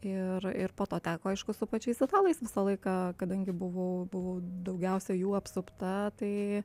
ir ir po to teko aišku su pačiais italais visą laiką kadangi buvau buvau daugiausiai jų apsupta tai